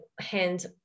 hands